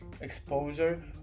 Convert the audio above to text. exposure